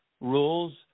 rules